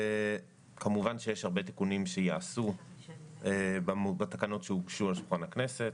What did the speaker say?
כמובן שיש הרבה תיקונים שייעשו בתקנות שהוגשו לשולחן הכנסת,